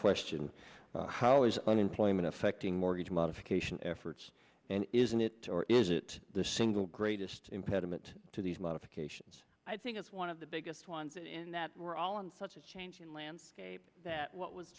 question how is unemployment affecting mortgage modification efforts and isn't it or is it the single greatest impediment to these modifications i think is one of the biggest ones in that we're all in such a changing landscape that what was